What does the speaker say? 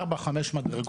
כן, יש ארבע-חמש מדרגות.